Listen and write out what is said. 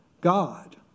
God